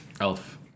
Elf